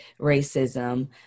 racism